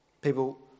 People